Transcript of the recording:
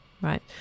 right